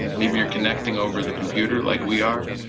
maybe you're connecting over the computer like we are?